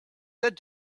said